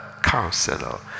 Counselor